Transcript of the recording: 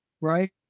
Right